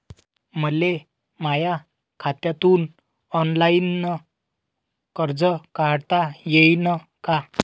मले माया खात्यातून ऑनलाईन कर्ज काढता येईन का?